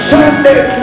Sunday